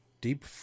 deep